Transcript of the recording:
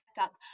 up